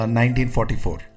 1944